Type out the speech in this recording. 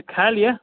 खाय लिए